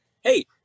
Hey